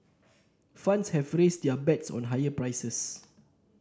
funds have raised their bets on higher prices